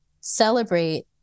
celebrate